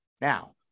Now